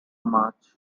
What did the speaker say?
march